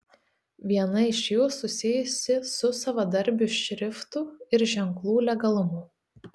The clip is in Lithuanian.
viena iš jų susijusi su savadarbių šriftų ir ženklų legalumu